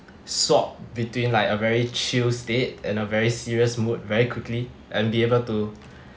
swap between like a very chill state and a very serious mood very quickly and be able to